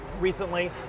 recently